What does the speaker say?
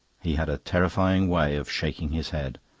he had a terrifying way of shaking his head,